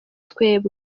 twebwe